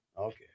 Okay